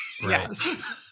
Yes